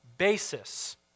basis